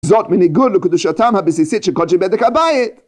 זאת בניגוד לקדושתם הבסיסית של קדשי בדק הביתי